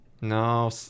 No